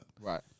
Right